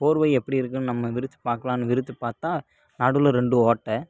போர்வை எப்படி இருக்குதுனு நம்ம விரித்து பாக்கலாம்னு விரித்து பார்த்தா நடுவில் ரெண்டு ஓட்டை